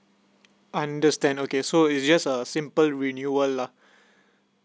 understand okay so is just a simple renewal lah